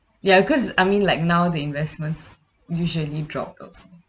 ya because I mean like now the investments usually drop outs